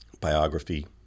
biography